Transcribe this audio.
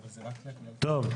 טוב,